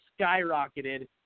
skyrocketed